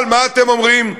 אבל מה אתם אומרים?